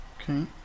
Okay